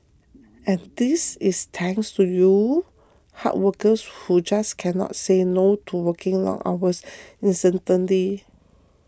and this is thanks to you hard workers who just cannot say no to working long hours incessantly